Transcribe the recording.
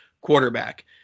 quarterback